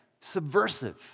subversive